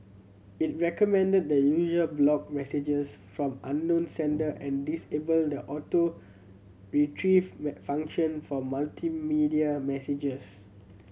it recommended that user block messages from unknown sender and disable the Auto Retrieve function for multimedia messages